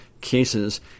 cases